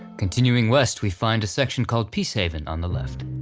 continuing west we find a section called peace haven on the left.